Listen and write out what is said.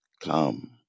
come